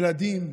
ילדים,